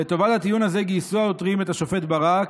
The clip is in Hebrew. לטובת לדיון הזה גייסו העותרים את השופט ברק,